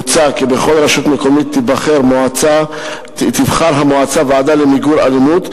מוצע כי בכל רשות מקומית תבחר המועצה ועדה למיגור האלימות,